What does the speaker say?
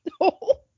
No